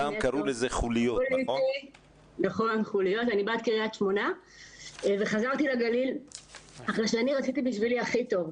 אני בת קריית שמונה וחזרתי לגליל אחרי שרציתי בשבילי את הכי טוב.